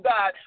God